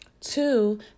Two